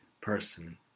person